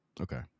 Okay